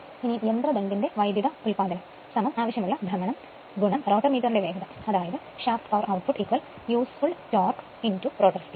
ഇനി യന്ത്രദണ്ഡിന്റെ വൈദ്യുതഉല്പാദനം ആവശ്യമുള്ള ഭ്രമണം റോട്ടോറിന്റെ വേഗത shaft power output useful torque rotor speed